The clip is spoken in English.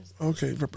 Okay